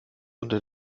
unter